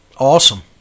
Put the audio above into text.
awesome